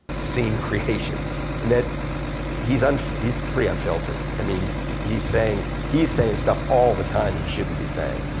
scene creation in that he's and he's pretty unfiltered. i mean he's saying he's saying stuff all the time he shouldn't be saying.